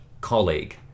colleague